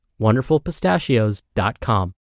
wonderfulpistachios.com